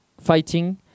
fighting